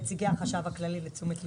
נציגי החשב הכללי, זה לתשומת ליבכם.